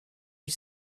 you